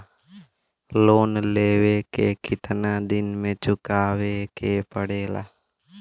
Loan लेवे के कितना दिन मे चुकावे के पड़ेला?